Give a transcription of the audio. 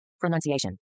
Pronunciation